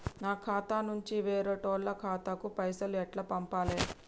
నా ఖాతా నుంచి వేరేటోళ్ల ఖాతాకు పైసలు ఎట్ల పంపాలే?